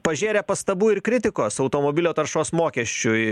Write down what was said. pažėrė pastabų ir kritikos automobilio taršos mokesčiui